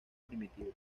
primitivo